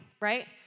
right